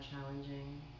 challenging